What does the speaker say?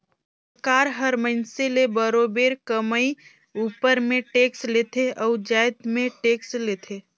सरकार हर मइनसे ले बरोबेर कमई उपर में टेक्स लेथे अउ जाएत में टेक्स लेथे